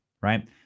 right